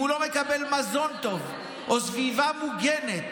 אם הוא לא מקבל מזון טוב או סביבה מוגנת